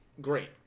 great